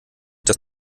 dass